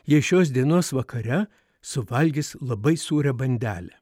jei šios dienos vakare suvalgys labai sūrią bandelę